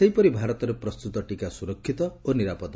ସେହିପରି ଭାରତରେ ପ୍ରସ୍ତୁତ ଟିକା ସୁରକ୍ଷିତ ଓ ନିରାପଦ